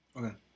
Okay